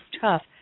tough